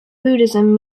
buddhism